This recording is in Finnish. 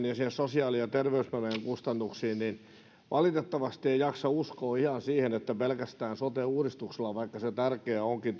ja sosiaali ja terveyspalvelujen kustannuksiin niin valitettavasti ei jaksa uskoa ihan siihen että tämä asia ratkaistaan pelkästään sote uudistuksella vaikka se tärkeä onkin